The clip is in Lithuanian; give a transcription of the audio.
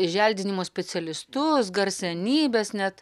želdinimo specialistus garsenybes net